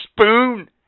spoon